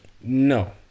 No